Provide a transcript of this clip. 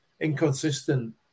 Inconsistent